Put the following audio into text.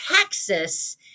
Texas